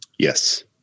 Yes